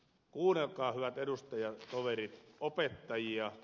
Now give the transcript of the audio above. kuunnelkaa hyvät edustajatoverit opettajia